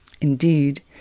Indeed